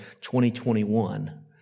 2021